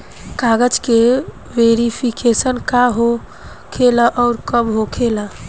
कागज के वेरिफिकेशन का हो खेला आउर कब होखेला?